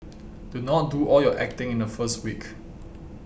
do not do all your acting in the first week